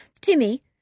Timmy